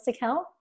health